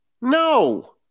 No